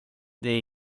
det